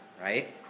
right